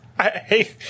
Hey